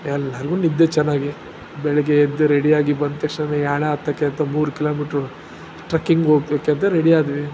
ಎಲ್ಲರಿಗೂ ನಿದ್ದೆ ಚೆನ್ನಾಗಿ ಬೆಳಗ್ಗೆ ಎದ್ದು ರೆಡಿಯಾಗಿ ಬಂದ ತಕ್ಷಣವೇ ಯಾಣ ಹತ್ತೋಕ್ಕೆ ಅಂತ ಮೂರು ಕಿಲೋಮೀಟ್ರು ಟ್ರಕ್ಕಿಂಗ್ ಹೋಗೋದಕ್ಕೆ ಅಂತ ರೆಡಿಯಾದ್ವಿ